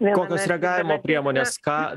kokios reagavimo priemonės ką